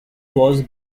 was